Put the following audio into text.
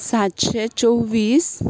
सातशें चोवीस